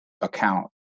account